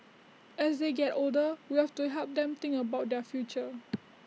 as they get older we have to help them think about their future